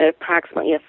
approximately